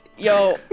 Yo